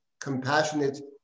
compassionate